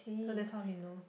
so that's how he know